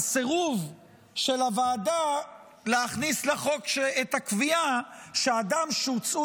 הסירוב של הוועדה להכניס לחוק את הקביעה שאדם שהוצאו